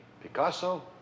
Picasso